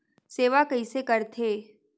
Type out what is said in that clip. सेवा कइसे करथे?